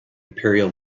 imperial